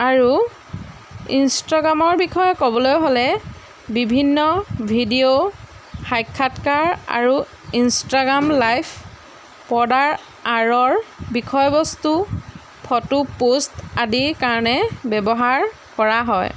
আৰু ইনষ্টাগ্ৰামৰ বিষয়ে ক'বলৈ হ'লে বিভিন্ন ভিডিঅ' সাক্ষাৎকাৰ আৰু ইনষ্টাগ্ৰাম লাইভ পৰ্দাৰ আৰৰ বিষয়বস্তু ফটো পোষ্ট আদিৰ কাৰণে ব্যৱহাৰ কৰা হয়